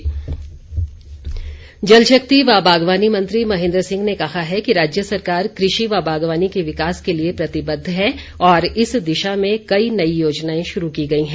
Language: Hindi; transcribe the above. महेंद्र सिंह जल शक्ति व बागवानी मंत्री महेंद्र सिंह ने कहा है कि राज्य सरकार कृषि व बागवानी के विकास के लिए प्रतिबद्ध है और इस दिशा में कई नई योजनाएं शुरू की गई हैं